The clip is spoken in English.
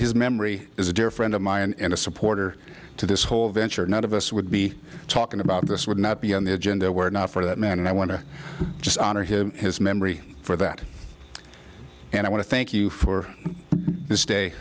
his memory is a dear friend of mine and a supporter to this whole venture none of us would be talking about this would not be on the agenda were not for that man and i want to just honor him his memory for that and i want to thank you for this day